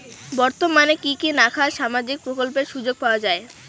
বর্তমানে কি কি নাখান সামাজিক প্রকল্পের সুযোগ পাওয়া যায়?